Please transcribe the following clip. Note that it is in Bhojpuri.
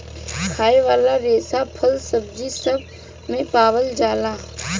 खाए वाला रेसा फल, सब्जी सब मे पावल जाला